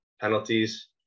penalties